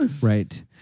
Right